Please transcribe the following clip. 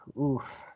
oof